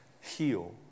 heal